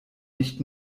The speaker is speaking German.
nicht